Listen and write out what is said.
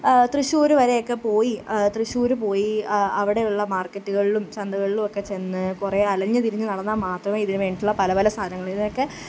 തൃശ്ശൂർ വരെയൊക്കെ പോയി തൃശ്ശൂർ പോയി അവിടെയുള്ള മാർക്കറ്റുകളിലും ചന്തകളിലുമൊക്കെച്ചെന്ന് കുറേ അലഞ്ഞ് തിരിഞ്ഞ് നടന്നാൽ മാത്രമേ ഇതിന് വേണ്ടിയിട്ടുള്ള പല പല സാധനങ്ങളിലൊക്കെ